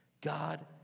God